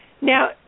Now